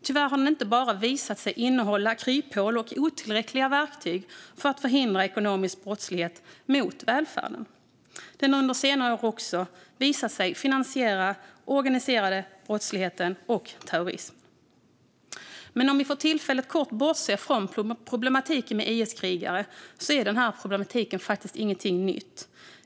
Tyvärr har den inte bara visat sig innehålla kryphål och otillräckliga verktyg för att förhindra ekonomisk brottslighet mot välfärden, utan den har under senare år också visat sig finansiera den organiserade brottsligheten och terrorism. Om vi dock för tillfället bortser från problematiken med IS-krigare är detta inte något nytt.